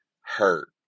hurt